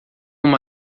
uma